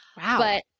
Wow